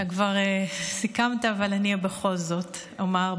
אתה כבר סיכמת אבל אני בכל זאת אומר.